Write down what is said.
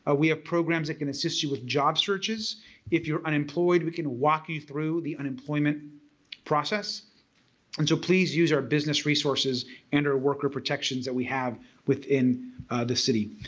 ah we have programs that can assist you with job searches if you're unemployed, we can walk you through the unemployment process and so please use our business resources and our worker protections that we have within the city.